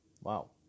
Wow